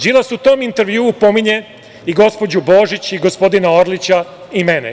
Đilas u tom intervjuu pominje i gospođu Božić i gospodina Orlića i mene.